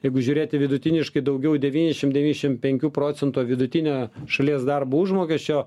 jeigu žiūrėti vidutiniškai daugiau devyniasdešim devyniasdešim penkių procento vidutinio šalies darbo užmokesčio